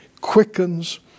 quickens